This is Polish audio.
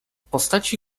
postaci